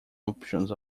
options